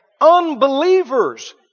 Unbelievers